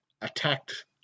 attacked